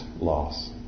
loss